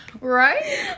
Right